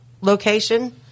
location